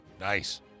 Nice